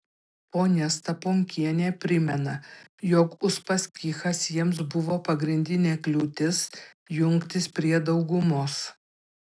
ponia staponkienė primena jog uspaskichas jiems buvo pagrindinė kliūtis jungtis prie daugumos